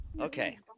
Okay